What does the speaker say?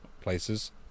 places